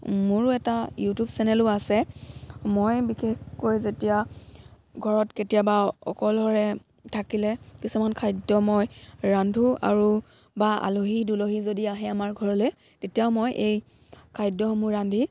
মোৰো এটা ইউটিউব চেনেলো আছে মই বিশেষকৈ যেতিয়া ঘৰত কেতিয়াবা অকলশৰে থাকিলে কিছুমান খাদ্য মই ৰান্ধোঁ আৰু বা আলহী দুলহী যদি আহে আমাৰ ঘৰলৈ তেতিয়াও মই এই খাদ্যসমূহ ৰান্ধি